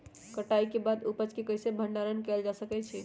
कटाई के बाद उपज के कईसे भंडारण कएल जा सकई छी?